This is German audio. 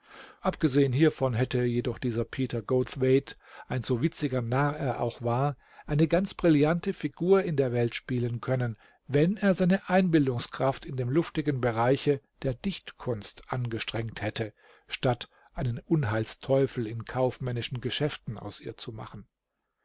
abgesehen hiervon hätte jedoch dieser peter goldthwaite ein so witziger narr er auch war eine ganz brillante figur in der welt spielen können wenn er seine einbildungskraft in dem luftigen bereiche der dichtkunst angestrengt hätte statt einen unheilsteufel in kaufmännischen geschäften aus ihr zu machen